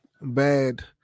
bad